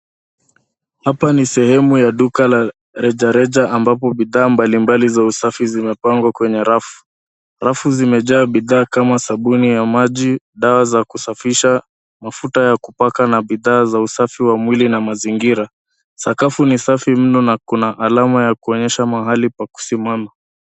Hapa ni sehemu ya duka la rejareja ambapo bidhaa mbalimbali za usafi zimepangwa kwenye rafu. Rafu zimejaa bidhaa kama sabuni ya maji, dawa za kusafisha, mafuta ya kupaka na bidhaa za usafi wa mwili na mazingira. Sakafu ni safi mno na kuna alama ya kuonyesha mahali pa kusimama.